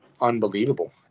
unbelievable